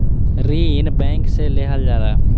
ऋण बैंक से लेहल जाला